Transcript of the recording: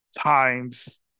times